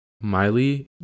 Miley